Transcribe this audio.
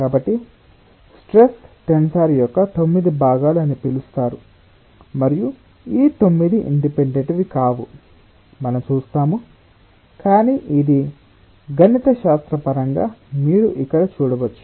కాబట్టి stress tensor యొక్క తొమ్మిది భాగాలు అని పిలుస్తారు మరియు ఈ తొమ్మిది ఇండిపెండెంట్ వి కావు మనం చూస్తాము కాని ఇది గణితశాస్త్రపరంగా మీరు ఇక్కడ చూడవచ్చు